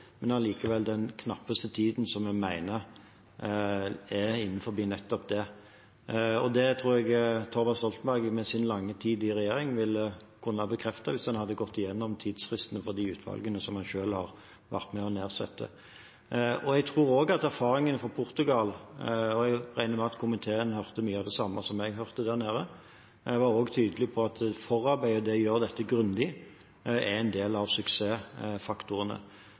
men likevel den knappeste tiden som vi mener er nettopp det. Det tror jeg Thorvald Stoltenberg, med sin lange tid i regjering, ville kunne bekrefte hvis han hadde gått gjennom tidsfristene for de utvalgene som han selv har vært med på å nedsette. Når det gjelder erfaringene fra Portugal, regner jeg med at komiteen hørte mye av det samme som jeg hørte der nede; de var også tydelige på at forarbeidet, det å gjøre dette grundig, er en del av suksessfaktorene.